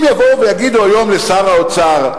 אם יבואו ויגידו היום לשר האוצר: